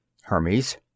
Hermes